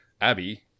Abby